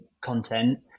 content